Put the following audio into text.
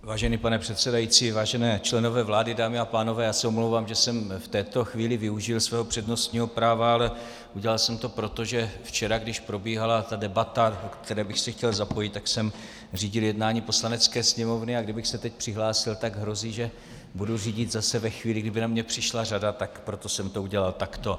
Vážený pane předsedající, vážení členové vlády, dámy a pánové, omlouvám se, že jsem v této chvíli využil svého přednostního práva, ale udělal jsem to proto, že včera, když probíhala ta debata, do které bych se chtěl zapojit, jsem řídil jednání Poslanecké sněmovny, a kdybych se teď přihlásil, tak hrozí, že budu řídit zase ve chvíli, kdy by na mě přišla řada, tak proto jsem to udělal takto.